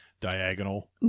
diagonal